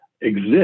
exist